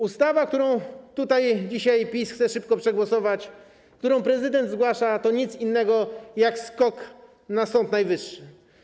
Ustawa, którą tutaj dzisiaj PiS chce szybko przegłosować, którą prezydent zgłasza, to nic innego jak skok na Sąd Najwyższy.